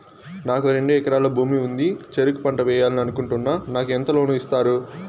నాకు రెండు ఎకరాల భూమి ఉంది, చెరుకు పంట వేయాలని అనుకుంటున్నా, నాకు ఎంత లోను ఇస్తారు?